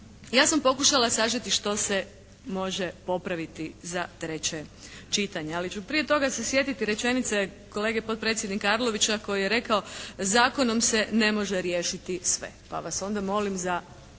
Ja sam pokušala sažeti što se može popraviti za treće čitanje. Ali ću prije toga se sjetiti rečenice kolege potpredsjednika Arlovića koji je rekao, zakonom se ne može riješiti sve. Pa vas onda molim za